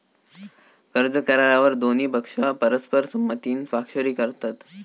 कर्ज करारावर दोन्ही पक्ष परस्पर संमतीन स्वाक्षरी करतत